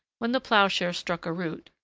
when the ploughshare struck a root,